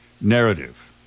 narrative